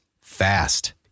fast